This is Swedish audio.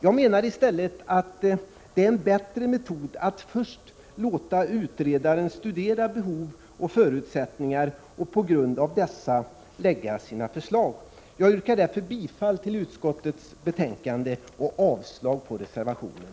Jag menar att det är en bättre metod att först låta utredaren studera behov och förutsättningar och på grund av dessa lägga fram sina förslag. Jag yrkar bifall till utskottets hemställan och avslag på reservationen.